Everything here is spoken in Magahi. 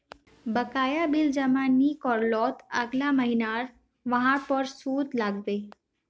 बकाया बिल जमा नइ कर लात अगला महिना वहार पर सूद लाग बे